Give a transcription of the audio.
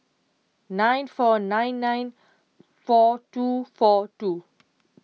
nine four nine nine four two four two